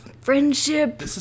friendship